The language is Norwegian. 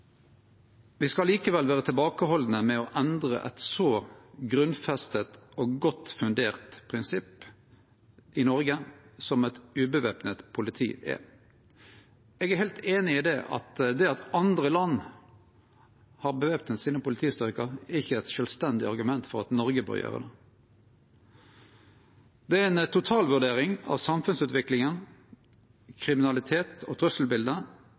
skal likevel vere tilbakehaldne med å endre eit så grunnfest og godt fundert prinsipp i Noreg som eit uvæpna politi er. Eg er heilt einig i at det at andre land har væpna sine politistyrkar, ikkje er eit sjølvstendig argument for at Noreg bør gjere det. Det er ei totalvurdering av samfunnsutviklinga, kriminalitets- og trusselbildet